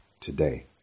today